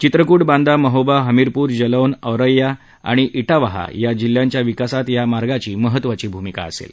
चित्रकूट बांदा महोबा हमीरपूर जलौन ओरेया आणि इटावहा या जिल्ह्यांच्या विकासात या मार्गाची महत्वाची भूमिका असेल